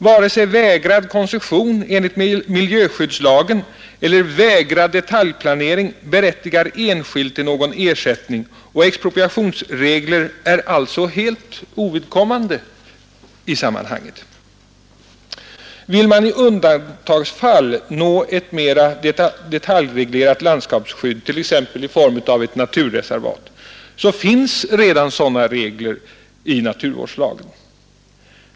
Varken vägrad koncession enligt miljöskyddslagen eller vägrad detaljplanering berättigar enskild till någon ersättning, och expropriationsregler är alltså helt ovidkommande i sammanhanget. Vill man i undantagsfall nå ett mera detaljreglerat landskapsskydd t.ex. i form av naturreservat, finns redan sådana regler i naturvårdslagen.